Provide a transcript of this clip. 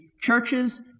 Churches